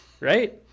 right